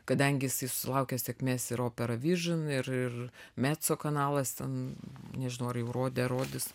kadangi jisai sulaukė sėkmės ir opera vižan ir ir meco kanalas ten nežinojau ar jau rodė ar rodys